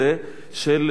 של חולי נפש?